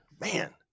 Man